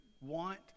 want